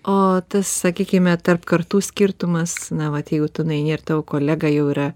o tas sakykime tarp kartų skirtumas na vat jeigu tu nueini ir tavo kolega jau yra